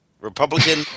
Republican